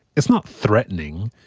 it's not threatening.